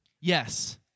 Yes